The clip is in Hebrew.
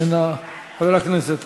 איננה, חבר הכנסת